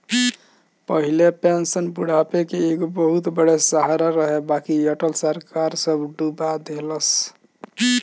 पहिले पेंशन बुढ़ापा के एगो बहुते बड़ सहारा रहे बाकि अटल सरकार सब डूबा देहलस